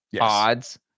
odds